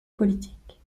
politique